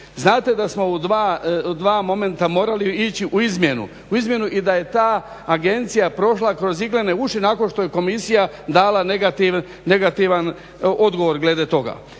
znate da smo u dva momenta morali ići u izmjenu i da je ta agencija prošla kroz iglene uši nakon što je komisija dala negativan odgovor glede toga.